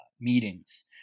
meetings